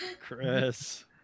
chris